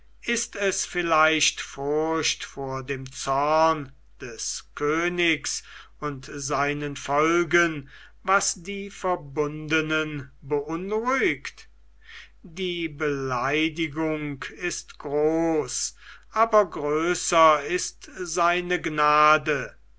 ist es vielleicht furcht vor dem zorn des königs und seinen folgen was die verbundenen beunruhigt die beleidigung ist groß aber größer ist seine gnade